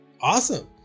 Awesome